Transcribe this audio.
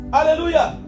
Hallelujah